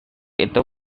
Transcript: itu